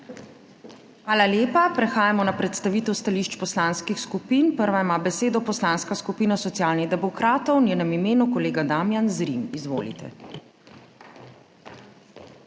Hvala lepa. Prehajamo na predstavitev stališč poslanskih skupin. Prva ima besedo Poslanska skupina Socialnih demokratov, v njenem imenu kolega Damijan Zrim. Izvolite.